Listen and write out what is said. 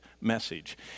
message